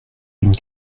d’une